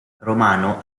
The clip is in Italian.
romano